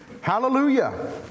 Hallelujah